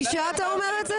בגלל שהיא אישה אתה אומר את זה?